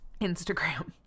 Instagram